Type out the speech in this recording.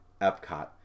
epcot